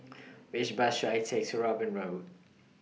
Which Bus should I Take to Robin Road